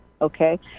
okay